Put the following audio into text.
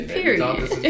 Period